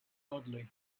oddly